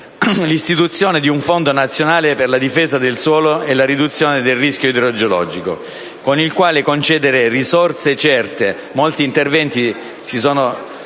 l'istituzione di un fondo nazionale per la difesa del suolo e la riduzione del rischio idrogeologico con il quale concedere risorse certe - molti interventi si sono